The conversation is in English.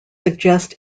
suggest